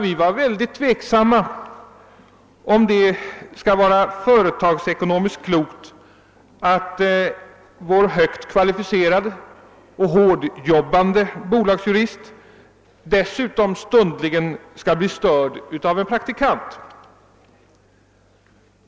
Vi var mycket tveksamma huruvida det kunde vara företagsekonomiskt klokt att vår högt kvalificerade och hårdjobbande bolagsjurist stundligen skulle bli störd av en praktikant.